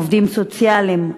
עובדים סוציאליים,